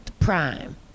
Prime